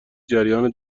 جریان